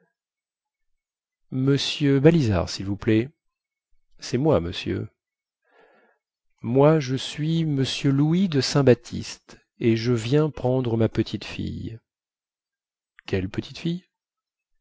m balizard sil vous plaît cest moi monsieur moi je suis m louis de saint baptiste et je viens prendre ma petite fille quelle petite fille